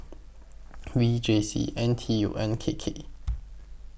V J C N T U and K K